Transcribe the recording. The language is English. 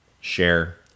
share